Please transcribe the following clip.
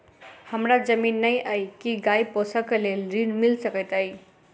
हमरा जमीन नै अई की गाय पोसअ केँ लेल ऋण मिल सकैत अई?